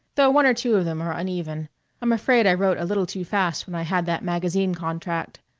though one or two of them are uneven i'm afraid i wrote a little too fast when i had that magazine contract.